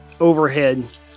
overhead